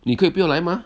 你可不要来 mah